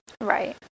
Right